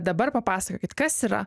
dabar papasakokit kas yra